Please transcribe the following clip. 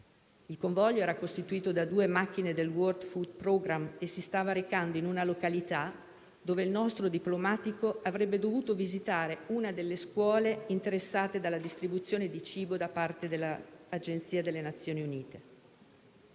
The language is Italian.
Il convoglio era costituito da due macchine del World food programme e si stava recando in una località dove il nostro diplomatico avrebbe dovuto visitare una delle scuole interessate dalla distribuzione di cibo da parte dell'Agenzia delle Nazioni Unite.